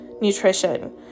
nutrition